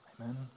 Amen